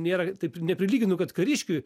nėra taip neprilyginu kad kariškiui